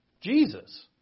Jesus